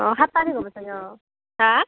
অঁ সাত তাৰিখ হ'ব চাগে অঁ হাঁ